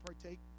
partake